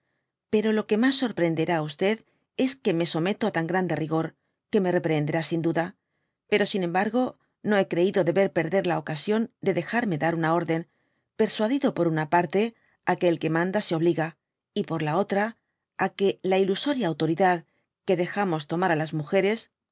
pero lo que mas sorprehenderá á es que me someto á tan grande rigor que me reprelenderá sin duda pero sin embargo no hé creido deber perder la ocasión de dejarme dar una orden persuadido por una parte á que el que manda se obliga y por la otra á que la ilusoria autoridad que dejamob tomar á las múgeres